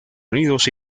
unidos